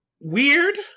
Weird